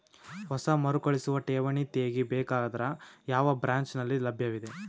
ಹೊಸ ಮರುಕಳಿಸುವ ಠೇವಣಿ ತೇಗಿ ಬೇಕಾದರ ಯಾವ ಬ್ರಾಂಚ್ ನಲ್ಲಿ ಲಭ್ಯವಿದೆ?